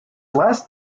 last